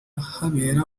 habera